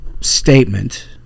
statement